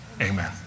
amen